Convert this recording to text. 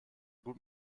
gut